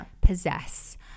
possess